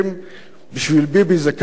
בשביל ביבי זה כסף קטן,